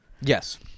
Yes